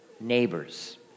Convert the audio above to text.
neighbors